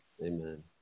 Amen